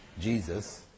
Jesus